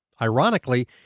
Ironically